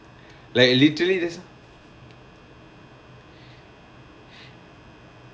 like I literally just